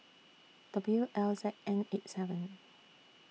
W L Z N eight seven